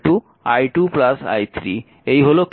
এই হল KCL